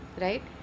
Right